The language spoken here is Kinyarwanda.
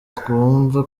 twumve